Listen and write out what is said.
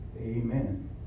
amen